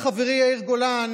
זוכר את כל אלה שמחאו כפיים?